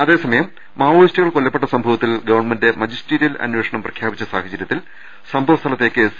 അതേസമയം മാവോയിസ്റ്റുകൾ കൊല്ലപ്പെട്ട സംഭവത്തിൽ ഗവൺമെന്റ് മജിസ്റ്റീരിയൽ അന്വേഷണം പ്രഖ്യാപിച്ച സാഹ ചര്യത്തിൽ സംഭവസ്ഥലത്തേക്ക് സി